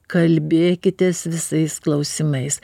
kalbėkitės visais klausimais